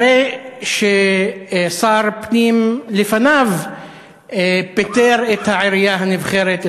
אחרי ששר פנים לפניו פיטר את העירייה הנבחרת,